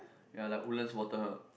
ya like Woodlands water